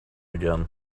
again